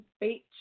beach